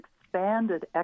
expanded